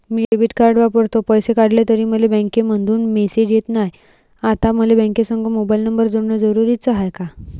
मी debit card वापरतो, पैसे काढले तरी मले बँकेमंधून मेसेज येत नाय, आता मले बँकेसंग मोबाईल नंबर जोडन जरुरीच हाय का?